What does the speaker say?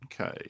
Okay